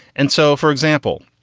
and so, for example,